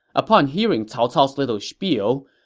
upon hearing cao cao's little spiel,